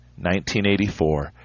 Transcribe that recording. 1984